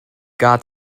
got